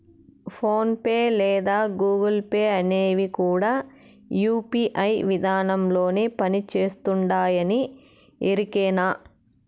phone pay లేదా Google Pay అనేవి కూడా యూ.పీ.ఐ విదానంలోనే పని చేస్తుండాయని ఎరికేనా